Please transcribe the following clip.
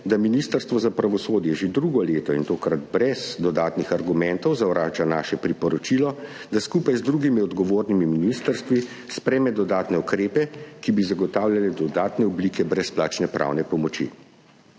da Ministrstvo za pravosodje že drugo leto, in tokrat brez dodatnih argumentov, zavrača naše priporočilo, da skupaj z drugimi odgovornimi ministrstvi sprejme dodatne ukrepe, ki bi zagotavljali dodatne oblike brezplačne pravne pomoči.